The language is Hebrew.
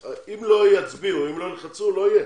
אם לא יצביעו, אם לא ילחצו לא יהיה.